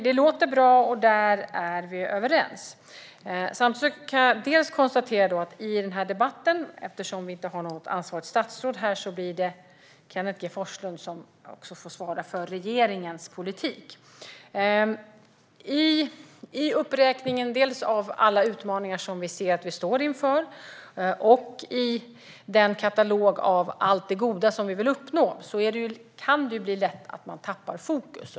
Det låter bra, och där är vi överens. Jag kan konstatera att vi inte har något ansvarigt statsråd här, och det blir därför i denna debatt Kenneth G Forslund som får svara för regeringens politik. I uppräkningen av alla utmaningar vi står inför och i den katalog av allt det goda vi vill uppnå kan man lätt tappa fokus.